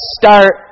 start